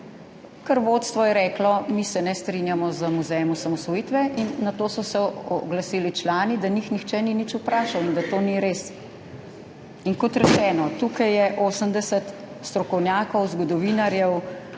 kar vodstvo je reklo, mi se ne strinjamo z muzejem osamosvojitve, in nato so se oglasili člani, da njih nihče ni nič vprašal in da to ni res. Kot rečeno, tukaj je 80 strokovnjakov, zgodovinarjev,